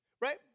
right